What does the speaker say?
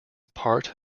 part